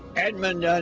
edmund yeah